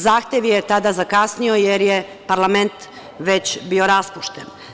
Zahtev je tada zakasnio jer je parlament već bio raspušten.